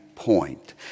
point